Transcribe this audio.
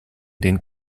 den